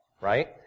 right